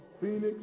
Phoenix